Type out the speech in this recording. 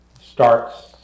starts